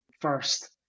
first